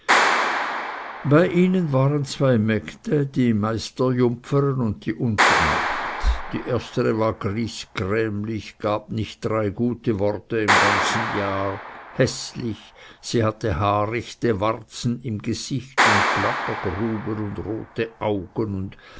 bei ihnen waren zwei mägde die meisterjumpfere und die untermagd die erstere war griesgrämlich gab nicht drei gute worte im ganzen jahr häßlich sie hatte haarichte warzen im gesicht und blattergruben und rote augen und